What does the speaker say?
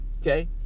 Okay